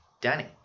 Danny